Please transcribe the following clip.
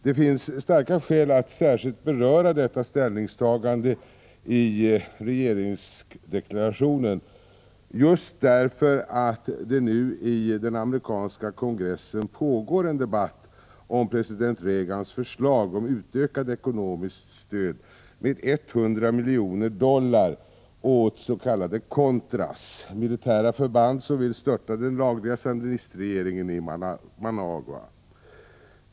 Det finns starka skäl att särskilt beröra detta ställningstagande i regeringsdeklarationen, just därför att det nu i den amerikanska kongressen pågår en debatt om president Reagans förslag om utökat ekonomiskt stöd med 100 miljoner dollar åt s.k. contras, militära förband som vill störta den lagliga sandinistregeringen i Managua.